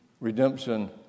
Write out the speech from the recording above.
redemption